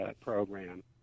program